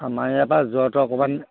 আমাৰ ইয়াৰ পৰা যোৱাটো অকণমান